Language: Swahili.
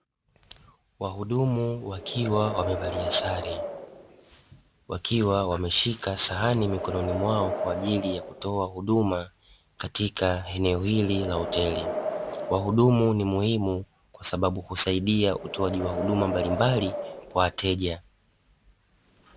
Wahudumu wakiwa wamevalia sare, wakiwa wameshika sahani mikononi mwao kwa ajili ya kutoa huduma katika eneo hili la hoteli, wahudumu ni muhimu kwa sababu husaidia utoaji huduma mbalimbali kwa wateja.